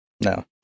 no